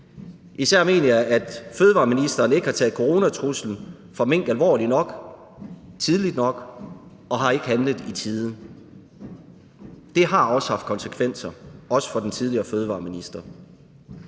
Især mener jeg, at fødevareministeren ikke har taget coronatruslen fra mink alvorligt nok, tidligt nok, og at han ikke har handlet i tide. Det har også haft konsekvenser, også for den tidligere fødevareminister.